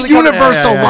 universal